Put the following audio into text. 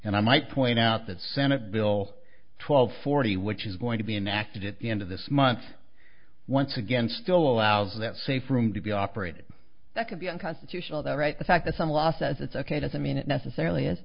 and i might point out that senate bill twelve forty which is going to be enacted at the end of this month once again still allows that safe room to be operated that could be unconstitutional that right the fact that some law says it's ok doesn't mean it necessarily is